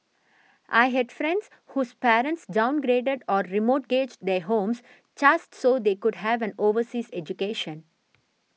I had friends whose parents downgraded or remortgaged their homes just so they could have an overseas education